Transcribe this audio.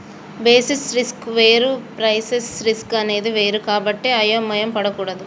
basis risk వేరు price risk అనేది వేరు కాబట్టి అయోమయం పడకూడదు